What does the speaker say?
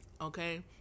Okay